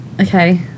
Okay